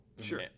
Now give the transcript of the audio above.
Sure